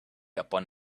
upon